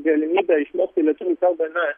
galimybę išmokti lietuvių kalbą na